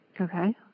Okay